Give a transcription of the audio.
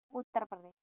Uttar Pradesh